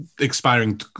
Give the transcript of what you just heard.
expiring